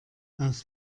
aus